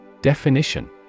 Definition